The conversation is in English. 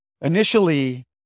Initially